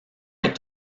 est